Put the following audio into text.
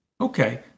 Okay